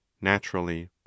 naturally